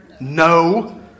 No